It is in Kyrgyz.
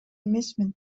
эмесмин